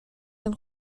den